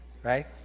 Right